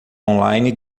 online